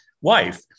wife